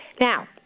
Now